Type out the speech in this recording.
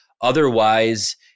Otherwise